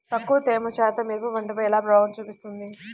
తక్కువ తేమ శాతం మిరప పంటపై ఎలా ప్రభావం చూపిస్తుంది?